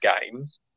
games